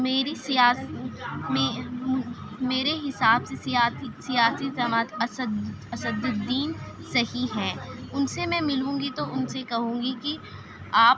میری سیاست میں میرے حساب سے سیاسی سیاسی جماعت اسد اسدالدین صحیح ہیں ان سے میں ملوں گی تو ان سے کہوں گی کہ آپ